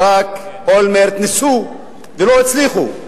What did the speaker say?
ברק, אולמרט, ניסו ולא הצליחו?